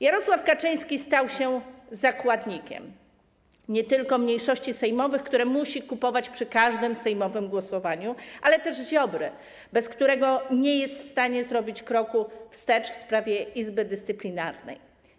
Jarosław Kaczyński stał się zakładnikiem nie tylko mniejszości sejmowych, które musi kupować przy każdym sejmowym głosowaniu, ale też Ziobry, bez którego nie jest w stanie zrobić kroku wstecz w sprawie Izby Dyscyplinarnej.